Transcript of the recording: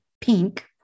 pink